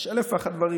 יש אלף ואחד דברים